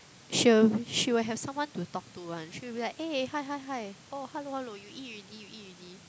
she'll she will have someone to talk to one she will be like eh hi hi hi oh hello hello you eat already you eat already